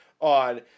on